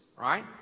right